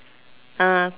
uh